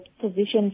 positions